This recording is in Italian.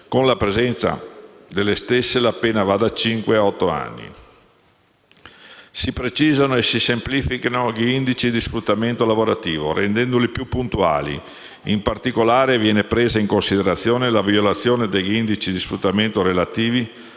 con la presenza delle stesse la pena va da cinque a otto anni. Si precisano e si semplificano, inoltre, gli indici di sfruttamento lavorativo, rendendoli più puntuali: in particolare, viene presa in considerazione la violazione degli indici di sfruttamento relativi